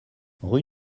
rue